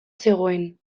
zegoen